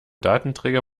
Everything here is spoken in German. datenträger